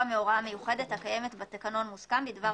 מהוראה מיוחדת הקיימת בתקנון מוסכם בדבר